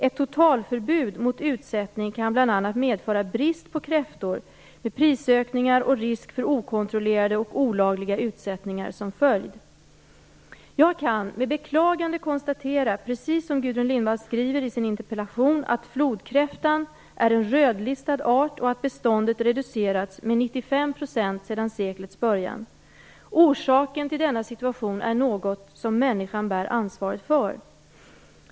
Ett totalförbud mot utsättning kan bl.a. medföra brist på kräftor med prisökningar och risk för okontrollerade och olagliga utsättningar som följd. Jag kan med beklagande konstatera, precis som Gudrun Lindvall skriver i sin interpellation, att flodkräftan är en rödlistad art och att beståndet reducerats med 95 % sedan seklets början. Orsaken till denna situation är något som människan bär ansvaret för.